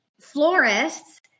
florists